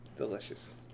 delicious